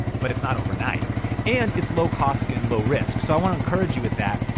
but it's not overnight and it's low cost and low risk. so i wanna encourage you with that.